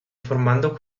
formando